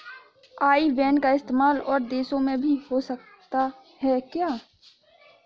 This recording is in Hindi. आई बैन का इस्तेमाल और देशों में भी हो सकता है क्या?